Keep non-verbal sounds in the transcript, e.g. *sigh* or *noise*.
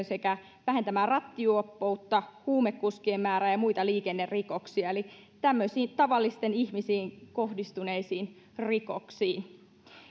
*unintelligible* sekä vähentämään rattijuoppoutta huumekuskien määrää ja muita liikennerikoksia eli tämmöisiin tavallisiin ihmisiin kohdistuneisiin rikoksiin